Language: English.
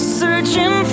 searching